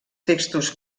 textos